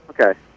Okay